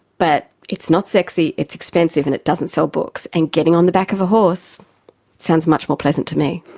but it's not sexy, it's expensive and it doesn't sell books. and getting on the back of a horse sounds much more pleasant to me.